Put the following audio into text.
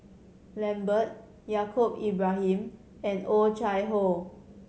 Lambert Yaacob Ibrahim and Oh Chai Hoo